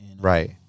Right